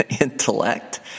intellect